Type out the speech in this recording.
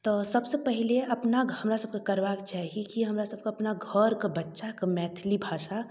तऽ सबसँ पहिले अपना हमरासभके करबाक चाही कि हमरासभके अपना घरके बच्चाकेँ मैथिली भाषा